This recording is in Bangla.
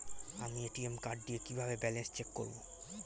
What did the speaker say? আমি এ.টি.এম কার্ড দিয়ে কিভাবে ব্যালেন্স চেক করব?